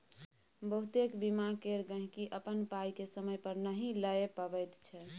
बहुतेक बीमा केर गहिंकी अपन पाइ केँ समय पर नहि लए पबैत छै